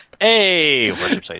Hey